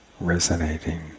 resonating